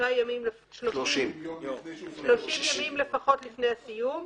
30 ימים לפחות לפני הסיום,